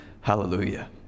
hallelujah